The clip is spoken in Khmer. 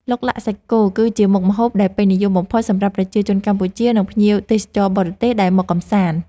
ឡុកឡាក់សាច់គោគឺជាមុខម្ហូបដែលពេញនិយមបំផុតសម្រាប់ប្រជាជនកម្ពុជានិងភ្ញៀវទេសចរបរទេសដែលមកកម្សាន្ត។